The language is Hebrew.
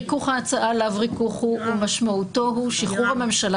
ריכוך ההצעה לאו ריכוך הוא ומשמעותו הוא שחרור הממשלה